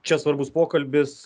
čia svarbus pokalbis